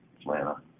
Atlanta